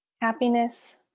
happiness